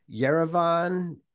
Yerevan